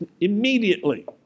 immediately